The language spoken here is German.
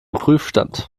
prüfstand